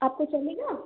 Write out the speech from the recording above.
आपको चलेगा